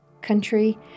country